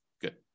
Good